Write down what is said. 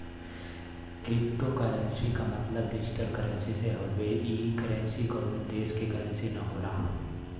cryptocurrency क मतलब digital currency से हउवे ई करेंसी कउनो देश क करेंसी न होला